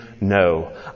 no